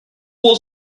was